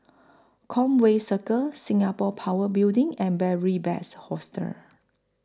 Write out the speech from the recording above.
Conway Circle Singapore Power Building and Beary Best Hostel